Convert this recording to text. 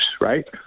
right